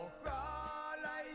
Ojalá